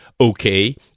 okay